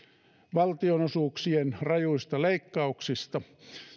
valtionosuuksien rajuista leikkauksista